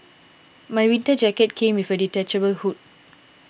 my winter jacket came with a detachable hood